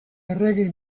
errege